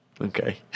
Okay